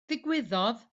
ddigwyddodd